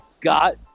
got